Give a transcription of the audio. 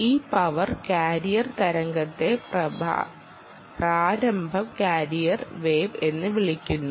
ഈ power carrier തരംഗത്തെ പ്രാരംഭ കാരിയർ വേവ് എന്ന് വിളിക്കുന്നു